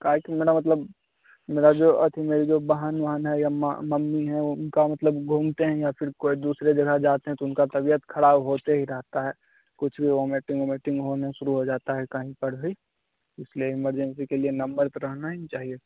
काहे कि मेरा मतलब मेरा जो अथी मेरी जो बहन उहन है या माँ मम्मी है उनका मतलब घूमते हैं या फिर कोई दूसरे जगह जाते हैं तो उनका तबीयत खराब होते ही रहता है कुछ भी वोमेटिंग उमेटिंग होने शुरू हो जाता है कहीं पर भी इसलिए इमरजेंसी के लिए नंबर तो रहना ही चाहिए